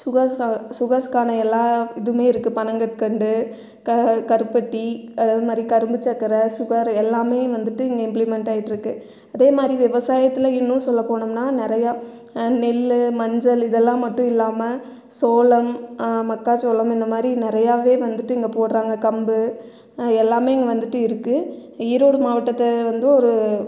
sugars சுகர்ஸ்க்கான எல்லா இதுவுமே இருக்குது பனங்கற்கண்டு கருப்பட்டி அதேமாதிரி கரும்பு சக்கரை சுகர் எல்லாமே வந்துவிட்டு இங்கே இம்ப்ளிமென்ட் ஆகிட்டு இருக்குது அதேமாதிரி விவசாயத்தில் இன்னும் சொல்ல போனோம்னா நிறையா நெல் மஞ்சள் இதெல்லாம் மட்டும் இல்லாமல் சோளம் மக்காச்சோளம் இந்தமாதிரி நிறையாவே வந்துவிட்டு இங்கே போடுகிறாங்க கம்பு எல்லாமே இங்கே வந்துவிட்டு இருக்குது ஈரோடு மாவட்டத்தை வந்து ஒரு